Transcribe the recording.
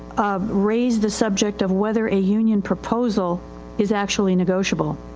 ah, raised the subject of whether a union proposal is actually negotiable.